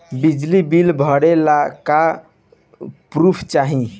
बिजली बिल भरे ला का पुर्फ चाही?